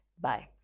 Bye